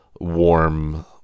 warm